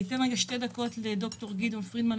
אבקש שתאפשרו בשתי דקות לד"ר גדעון פרידמן,